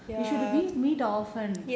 we should at least meet often